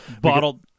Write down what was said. bottled